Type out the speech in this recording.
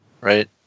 Right